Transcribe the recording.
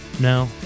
No